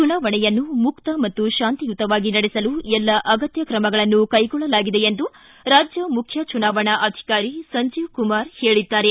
ಚುನಾವಣೆಯನ್ನು ಮುಕ್ತ ಮತ್ತು ಶಾಂತಿಯುತವಾಗಿ ನಡೆಸಲು ಎಲ್ಲ ಅಗತ್ಯ ಕ್ರಮಗಳನ್ನು ಕೈಗೊಳ್ಳಲಾಗಿದೆ ಎಂದು ರಾಜ್ಯ ಮುಖ್ಯ ಚುನಾವಣಾ ಅಧಿಕಾರಿ ಸಂಜೀವ ಕುಮಾರ್ ಹೇಳಿದ್ದಾರೆ